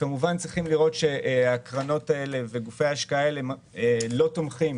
כמובן צריך לראות שהקרנות וגופי ההשקעה האלה לא תומכים